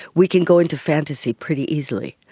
we can go into fantasy pretty easily.